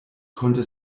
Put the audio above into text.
konnte